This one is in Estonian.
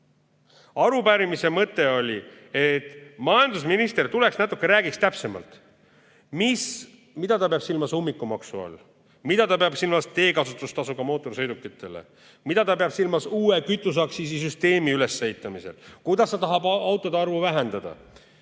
Arupärimise mõte oli, et majandusminister tuleks ja räägiks natuke täpsemalt, mida ta peab silmas ummikumaksu all, mida ta peab silmas teekasutustasuga mootorsõidukite all ja mida ta peab silmas uue kütuseaktsiisi süsteemi ülesehitamise all ning kuidas ta tahab autode arvu vähendada.